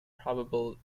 probable